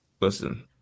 listen